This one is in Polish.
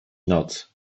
noc